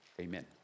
Amen